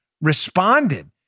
responded